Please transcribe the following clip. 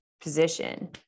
position